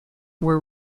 were